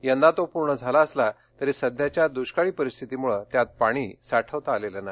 यंदा तो पूर्ण माला असला तरी सध्याच्या दुष्काळी परिस्थितीमुळे त्यात पाणी साठवता आलेलं नाही